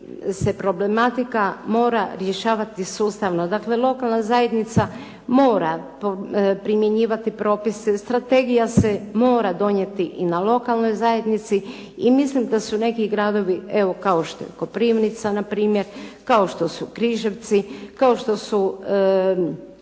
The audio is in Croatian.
problematika mora rješavati sustavno. Dakle, lokalna zajednica mora primjenjivati propise, strategija se mora donijeti i na lokalnoj zajednici. I mislim da su neki gradovi evo kao što je Koprivnica npr., kao što su Križevci, kao što je